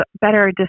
better